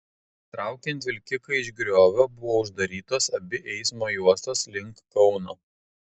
traukiant vilkiką iš griovio buvo uždarytos abi eismo juostos link kauno